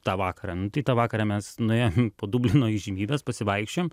tą vakarą nu tai tą vakarą mes nuėję po dublino įžymybes pasivaikščiojom